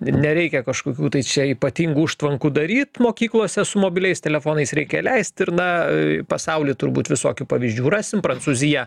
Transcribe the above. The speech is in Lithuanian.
nereikia kažkokių tai čia ypatingų užtvankų daryt mokyklose su mobiliais telefonais reikia leist ir na pasauly turbūt visokių pavyzdžių rasim prancūziją